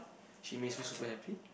she makes me super happy